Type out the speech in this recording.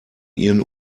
ihren